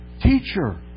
Teacher